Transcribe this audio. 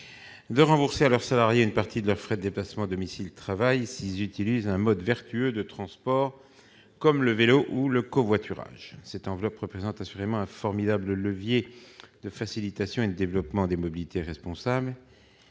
de rembourser à leurs salariés une partie de leurs frais de déplacement domicile-travail, sous réserve de l'utilisation d'un mode vertueux de transport, comme le vélo ou le covoiturage. Cette enveloppe représente assurément un formidable levier de facilitation et de développement des mobilités responsables.